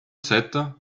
sept